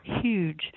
huge